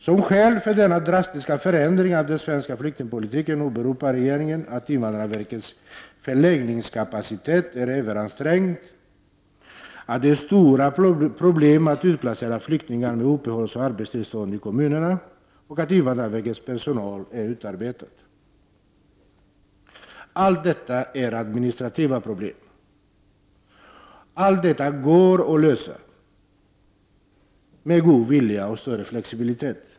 Som skäl för denna drastiska förändring av den svenska flyktingpolitiken åberopar regeringen att invandrarverkets förläggningskapacitet är överansträngd, att det är stora problem att utplacera flyktingar med uppehållsoch arbetstillstånd i kommunerna och att invandrarverkets personal är utarbetad. Allt detta är administrativa problem som går att lösa med god vilja och större flexibilitet.